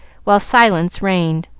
while silence reigned,